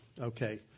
Okay